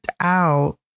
out